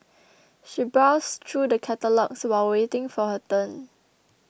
she browsed through the catalogues while waiting for her turn